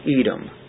Edom